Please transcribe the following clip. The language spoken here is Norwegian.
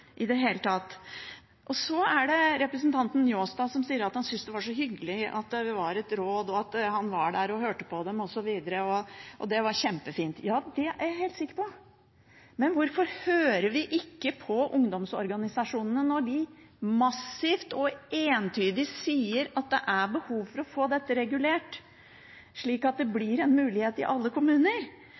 i det hele tatt. Så er det representanten Njåstad, som sa at han syntes det var så hyggelig at det var et råd, at han var der og hørte på dem, osv., og at det var kjempefint. Ja, det er jeg helt sikker på, men hvorfor hører vi ikke på ungdomsorganisasjonene når de massivt og entydig sier at det er behov for å få dette regulert, slik at det blir en mulighet i alle kommuner, og slik at demokratiet blir utvidet for ungdom i alle kommuner?